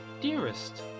Dearest